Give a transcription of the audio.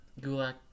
Gulak